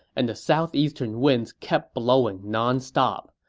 and the southeastern winds kept blowing nonstop.